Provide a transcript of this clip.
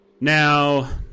Now